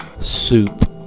soup